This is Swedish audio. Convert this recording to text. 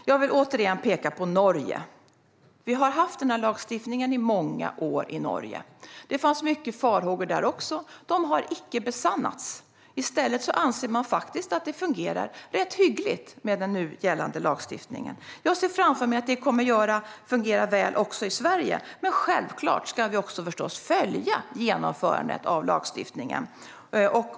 Jag vill återigen peka på Norge. Norge har haft den här lagstiftningen i många år. Det fanns många farhågor där också. De har icke besannats. I stället anser man att det faktiskt fungerar rätt hyggligt med den nu gällande lagstiftningen. Jag ser framför mig att det kommer att fungera väl också i Sverige, men självklart ska vi följa genomförandet av lagstiftningen.